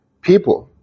people